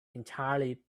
entirely